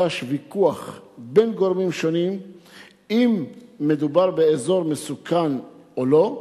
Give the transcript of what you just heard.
ניטש ויכוח בין גורמים שונים אם מדובר באזור מסוכן או לא.